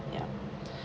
ya